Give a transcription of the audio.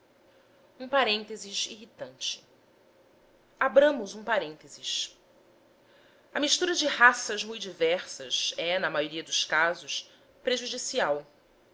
um parêntese irritante abramos um parêntese a mistura de raças mui diversas é na maioria dos casos prejudicial